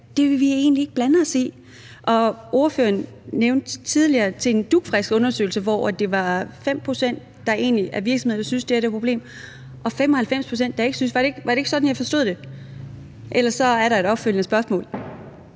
egentlig ikke blande os i. Spørgeren nævnte tidligere en dugfrisk undersøgelse, som viste, at det er 5 pct. af virksomhederne, der synes, det her er et problem, og 95 pct., der ikke synes det. Var det ikke sådan? Ellers er der et opfølgende spørgsmål.